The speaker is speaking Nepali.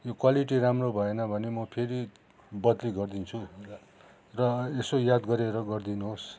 यो क्वालिटी राम्रो भएन भने म फेरि बद्ली गरिदिन्छु र यसो याद गरेर गरिदिनुहोस्